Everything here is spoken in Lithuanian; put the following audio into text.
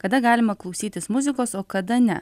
kada galima klausytis muzikos o kada ne